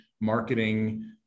marketing